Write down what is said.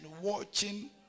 watching